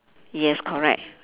yes correct